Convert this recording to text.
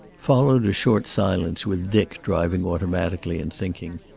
followed a short silence with dick driving automatically and thinking.